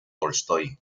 tolstói